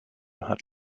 had